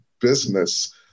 business